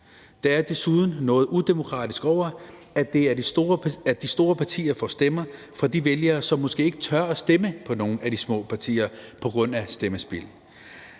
Der er desuden noget udemokratisk over, at de store partier får stemmer fra de vælgere, som måske ikke tør stemme på nogen af de små partier på grund af stemmespild.